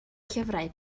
llyfrau